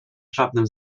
żadnym